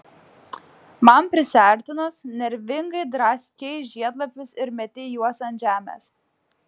man prisiartinus nervingai draskei žiedlapius ir mėtei juos ant žemės